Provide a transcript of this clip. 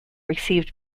received